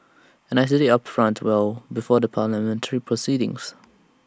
and I said IT upfront well before the parliamentary proceedings